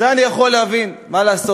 את זה אני יכול להבין, מה לעשות.